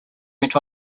went